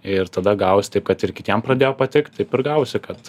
ir tada gavosi taip kad ir kitiems pradėjo patikt taip ir gavosi kad